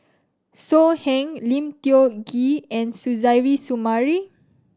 So Heng Lim Tiong Ghee and Suzairhe Sumari